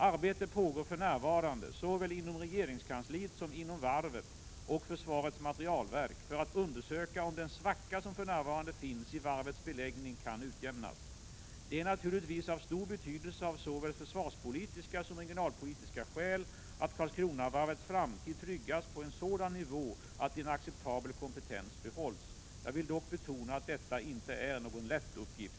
Arbete pågår för närvarande såväl inom regeringskansliet som inom varvet och försvarets materielverk för att undersöka om den svacka som för närvarande finns i varvets beläggning kan utjämnas. Det är naturligtvis av stor betydelse av såväl försvarspolitiska som regionalpolitiska skäl att Karlskronavarvets framtid tryggas på en sådan nivå att en acceptabel kompetens behålls. Jag vill dock betona att detta inte är någon lätt uppgift.